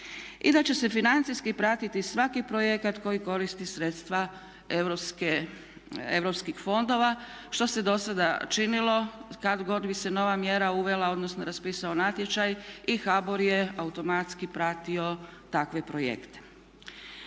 i da će se financijski pratiti svaki projekat koji koristi sredstva europskih fondova što se dosada činilo kad god bi se nova mjera uvela odnosno raspisao natječaj i HBOR je automatski pratio takve projekte.